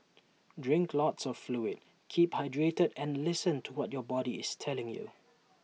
drink lots of fluid keep hydrated and listen to what your body is telling you